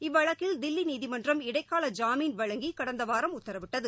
இவ்வழக்கில் தில்லி நீதிமன்றம் இடைக்கால ஜாமீன் வழங்கி கடந்த வாரம் உத்தரவிட்டது